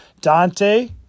Dante